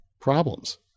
problems